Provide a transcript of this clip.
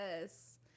Yes